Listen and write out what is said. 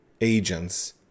agents